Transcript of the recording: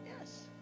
Yes